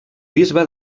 bisbe